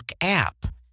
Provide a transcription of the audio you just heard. app